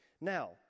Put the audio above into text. Now